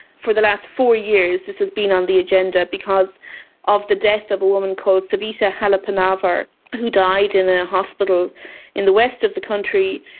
for the last four years this has been on the agenda because of the death of a woman called savita halappanavar who died in a hospital in the west of the country.